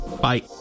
Bye